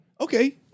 Okay